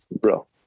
bro